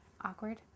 Awkward